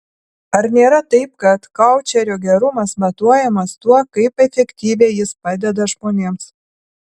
ar nėra taip kad koučerio gerumas matuojamas tuo kaip efektyviai jis padeda žmonėms